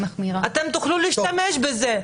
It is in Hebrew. אתם תוכלו להשתמש בזה.